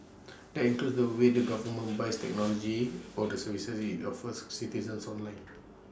that includes the way the government buys technology or the services IT offers citizens online